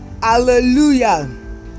Hallelujah